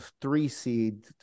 three-seed